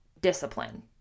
discipline